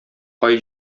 кай